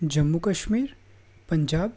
Jammu Kashmir Punjab